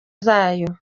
zayo